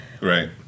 right